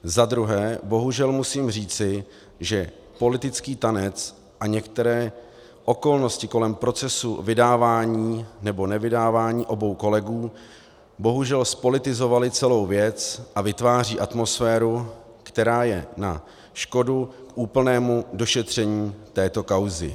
Za druhé bohužel musím říci, že politický tanec a některé okolnosti kolem procesu vydávání nebo nevydávání obou kolegů bohužel zpolitizovaly celou věc a vytváří atmosféru, která je na škodu k úplnému došetření této kauzy.